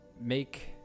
make